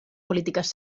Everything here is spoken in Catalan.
polítiques